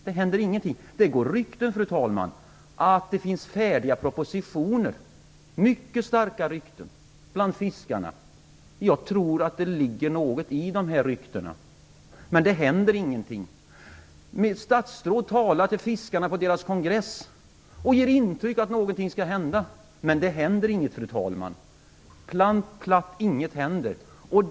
Det går mycket starka rykten bland fiskarna, fru talman, att det finns färdiga propositioner. Jag tror att det ligger något i dessa rykten, men det händer ingenting. Men statsråd talade med fiskarna på deras kongress och gav intryck av att någonting skall hända. Men det händer ingenting, fru talman, platt intet.